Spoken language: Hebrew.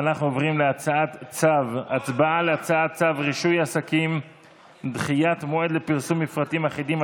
אנחנו עוברים להצעת צו רישוי עסקים (דחיית מועד לפרסום מפרטים אחידים),